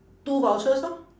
two vouchers orh